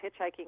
hitchhiking